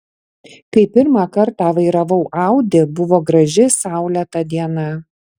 kai pirmą kartą vairavau audi buvo graži saulėta diena